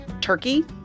Turkey